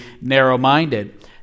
narrow-minded